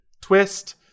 twist